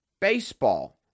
baseball